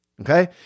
Okay